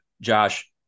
josh